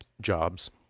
jobs